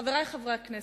חברי חברי הכנסת,